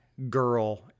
girl